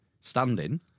Standing